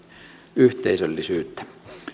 yhteisöllisyyttä